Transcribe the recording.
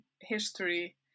history